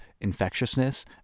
infectiousness